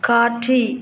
காட்சி